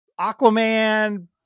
Aquaman